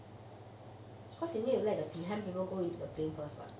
because you need to let the behind people go into the plane first [what]